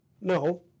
No